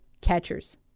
catchers